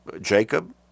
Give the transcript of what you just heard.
Jacob